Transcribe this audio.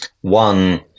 one